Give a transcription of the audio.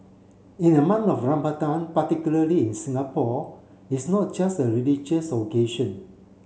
in the month of Ramadan particularly in Singapore it's not just a religious occasion